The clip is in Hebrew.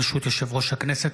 ברשות יושב-ראש הכנסת,